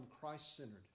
Christ-centered